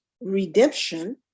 redemption